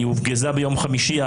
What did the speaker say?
היא הופגזה ביום חמישי,